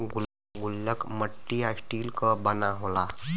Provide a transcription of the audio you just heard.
गुल्लक मट्टी या स्टील क बना होला